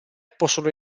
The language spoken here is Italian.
possono